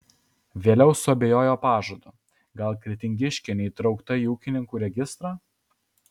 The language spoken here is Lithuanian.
vėliau suabejojo pažadu gal kretingiškė neįtraukta į ūkininkų registrą